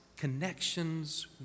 connections